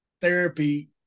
therapy